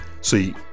See